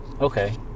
Okay